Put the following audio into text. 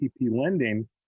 lending